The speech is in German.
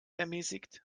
ermäßigt